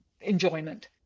enjoyment